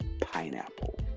pineapple